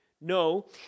No